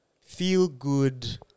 feel-good